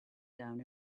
down